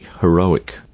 heroic